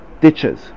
ditches